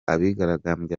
abigaragambya